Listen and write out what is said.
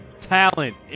talent